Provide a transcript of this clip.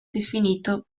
definito